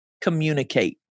communicate